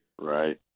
Right